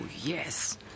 yes